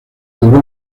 duró